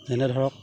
যেনে ধৰক